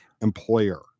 employer